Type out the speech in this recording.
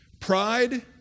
Pride